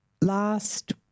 Last